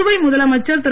புதுவை முதலமைச்சர் திரு